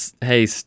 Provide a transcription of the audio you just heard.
hey